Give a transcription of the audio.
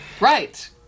Right